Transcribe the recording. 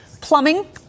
plumbing